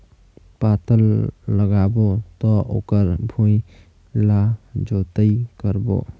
पातल लगाबो त ओकर भुईं ला जोतई करबो?